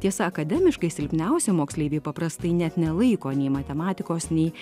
tiesa akademiškai silpniausi moksleiviai paprastai net nelaiko nei matematikos nei